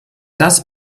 das